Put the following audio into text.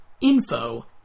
info